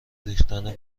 ریختن